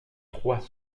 trois